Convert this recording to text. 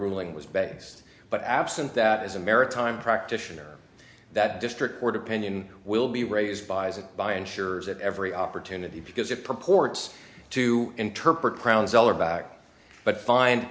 ruling was begs but absent that is a maritime practitioner that district court opinion will be raised by insurers at every opportunity because it purports to interpret crown zeller back but find